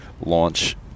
launch